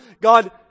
God